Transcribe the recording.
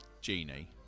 Genie